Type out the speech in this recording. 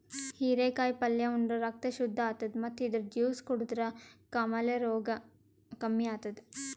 ಹಿರೇಕಾಯಿ ಪಲ್ಯ ಉಂಡ್ರ ರಕ್ತ್ ಶುದ್ದ್ ಆತದ್ ಮತ್ತ್ ಇದ್ರ್ ಜ್ಯೂಸ್ ಕುಡದ್ರ್ ಕಾಮಾಲೆ ರೋಗ್ ಕಮ್ಮಿ ಆತದ್